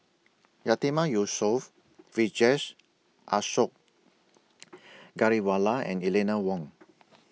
Yatiman Yusof Vijesh Ashok Ghariwala and Eleanor Wong